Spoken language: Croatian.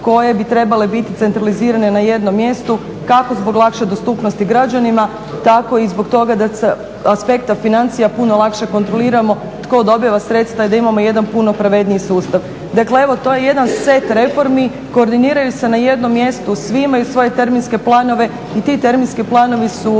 koje bi trebale biti centralizirane na jednom mjestu kako zbog lakše dostupnosti građanima tako i zbog toga da sa aspekta financija puno lakše kontroliramo tko dobiva sredstva i da imamo jedan puno pravedniji sustav. Dakle, evo to je jedan set reformi, koordiniraju se na jednom mjestu, svi imaju svoje terminske planove i ti terminski planovi su